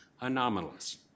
anomalous